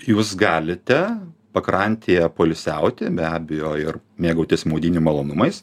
jūs galite pakrantėje poilsiauti be abejo ir mėgautis maudynių malonumais